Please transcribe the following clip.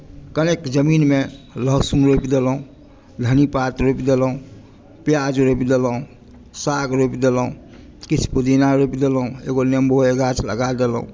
कनेक जमीनमे लहसुन रोपि देलहुँ धन्नीपात रोपि देलहुँ प्याज रोपि देलहुँ साग रोपि देलहुँ किछु पुदीना रोपि देलहुँ एगो नेम्बोक गाछ लगा देलहुँ